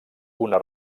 una